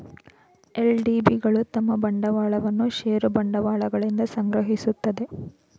LDB ಗಳು ತಮ್ಮ ಬಂಡವಾಳವನ್ನು ಷೇರು ಬಂಡವಾಳಗಳಿಂದ ಸಂಗ್ರಹಿಸುತ್ತದೆ